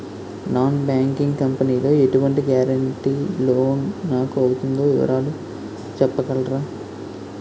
Non banking company లో ఎటువంటి guarantee loan నాకు అవుతుందో వివరాలు చెప్పగలరా?